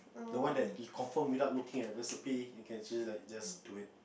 the one that you confirm without looking at recipe you can just like just do it